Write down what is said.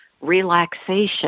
relaxation